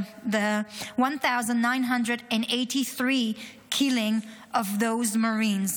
1983 killing of those Marines".